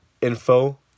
info